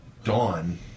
dawn